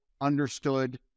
understood